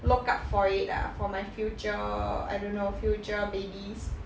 look up for it lah for my future I don't know future babies